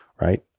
Right